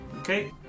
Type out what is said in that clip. Okay